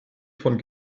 von